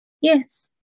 yes